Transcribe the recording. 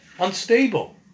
unstable